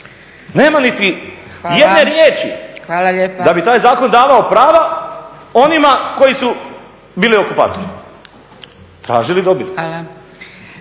Nema niti jedne riječi da bi taj zakon davao prava onima koji su bili okupatori, tražili dobit.